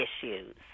issues